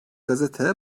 gazete